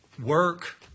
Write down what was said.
work